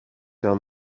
down